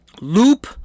loop